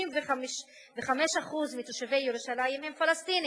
35% מתושבי ירושלים הם פלסטינים.